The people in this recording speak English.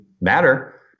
matter